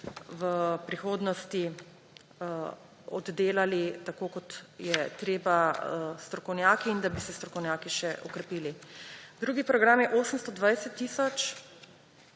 v prihodnosti oddelali, tako kot je treba, strokovnjaki in da bi se strokovnjaki še okrepili. Drugi program je 820 tisoč,